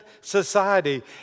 society